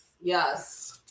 yes